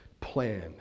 plan